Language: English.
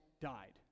died